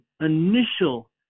initial